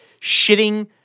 shitting